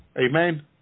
Amen